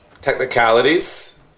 technicalities